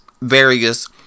Various